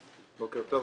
בוקר טוב.